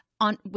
on